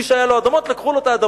מי שהיו לו אדמות, לקחו לו את האדמות.